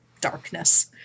darkness